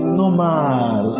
normal